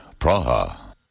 Praha